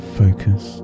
focus